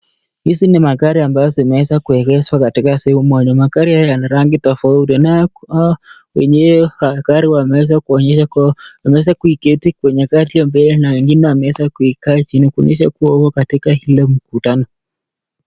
Hizi ni magari ambazo zimeweza kuegeshwa katika sehemu ya nyuma. Magari haya yana rangi tofauti na wenye gari wanaweza kuonyesha kuwa wameweza kuketi kwenye gari ya mbele na wengine wameweza kukaa chini kuonyesha kuwa wako katika huo mkutano.